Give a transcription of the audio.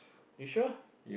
you sure